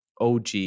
OG